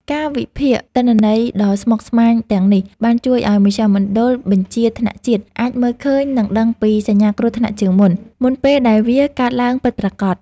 ការវិភាគទិន្នន័យដ៏ស្មុគស្មាញទាំងនេះ បានជួយឱ្យមជ្ឈមណ្ឌលបញ្ជាថ្នាក់ជាតិ អាចមើលឃើញ និងដឹងពីសញ្ញាគ្រោះថ្នាក់ជាមុន មុនពេលដែលវាកើតឡើងពិតប្រាកដ។